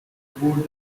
border